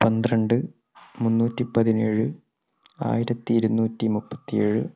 പന്ത്രണ്ട് മുന്നൂറ്റി പതിനേഴ് ആയിരത്തി ഇരുനൂറ്റി മുപ്പത്തി ഏഴ്